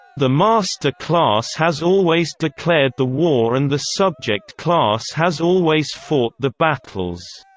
the master class has always declared the war and the subject class has always fought the battles,